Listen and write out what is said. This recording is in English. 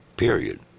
period